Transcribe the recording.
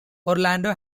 orlando